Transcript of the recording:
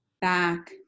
back